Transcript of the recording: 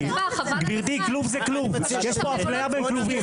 יש פה אפליה בין כלובים.